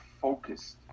focused